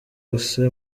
osee